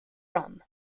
rum